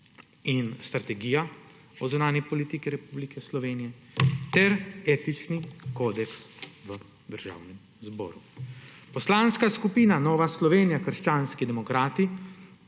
in Strategija zunanje politike Republike Slovenije ter Etični kodeks v Državnem zboru. Poslanska skupina Nova Slovenija – krščanski demokrati